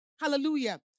Hallelujah